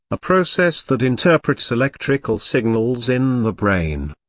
a process that interprets electrical signals in the brain.